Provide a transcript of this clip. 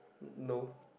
no